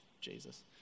Jesus